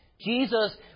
Jesus